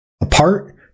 Apart